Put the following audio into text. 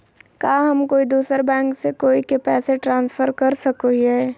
का हम कोई दूसर बैंक से कोई के पैसे ट्रांसफर कर सको हियै?